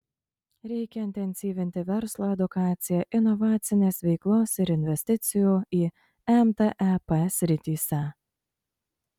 reikia intensyvinti verslo edukaciją inovacinės veiklos ir investicijų į mtep srityse